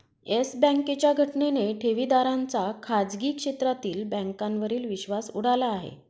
yes बँकेच्या घटनेने ठेवीदारांचा खाजगी क्षेत्रातील बँकांवरील विश्वास उडाला आहे